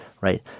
right